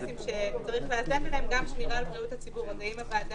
וייתכן שיהיו עשרות או מאות אלפי מעטפות כפולות של חולי קורונה או מבודדי